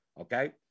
okay